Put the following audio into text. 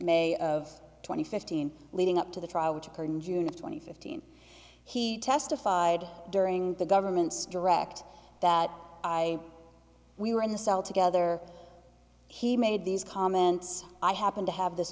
may of twenty fifteen leading up to the trial which occurred in june of two thousand and fifteen he testified during the government's direct that i we were in the cell together he made these comments i happened to have this